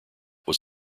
was